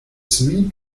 sweet